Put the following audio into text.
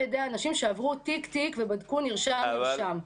על ידי אנשים שעברו תיק-תיק ובדקו נרשם-נרשם.